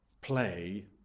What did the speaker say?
play